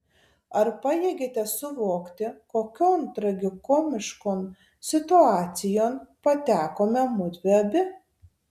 ar pajėgiate suvokti kokion tragikomiškon situacijon patekome mudvi abi